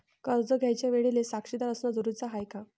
कर्ज घ्यायच्या वेळेले साक्षीदार असनं जरुरीच हाय का?